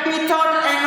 אינו